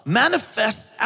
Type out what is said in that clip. manifests